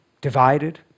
divided